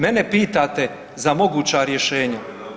Mene pitate za moguća rješenja.